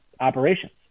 operations